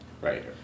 Right